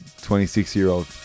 26-year-old